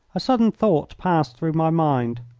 a sudden thought passed through my mind.